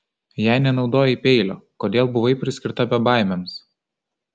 jei nenaudojai peilio kodėl buvai priskirta bebaimiams